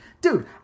Dude